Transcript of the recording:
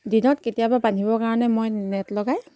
দিনত কেতিয়াবা বান্ধিবৰ কাৰণে মই নেট লগাই